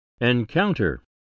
Encounter